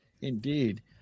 indeed